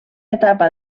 etapa